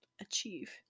achieve